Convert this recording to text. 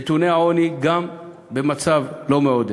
נתוני העוני במצב לא מעודד.